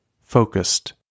focused